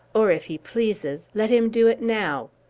or, if he pleases, let him do it now.